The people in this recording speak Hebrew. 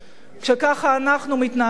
כשככה אנחנו מתנהגים,